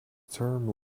term